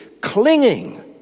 clinging